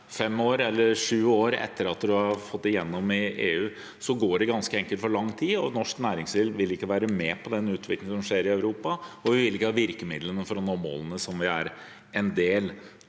fem eller sju år etter at man har fått det gjennom i EU. Det går ganske enkelt for lang tid. Norsk næringsliv vil ikke få vært med på den utviklingen som skjer i Europa, og vi vil ikke ha virkemidlene for å nå målene som vi er en del